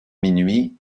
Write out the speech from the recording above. minuit